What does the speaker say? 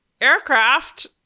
aircraft